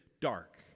dark